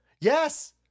Yes